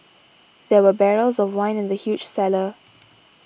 there were barrels of wine in the huge cellar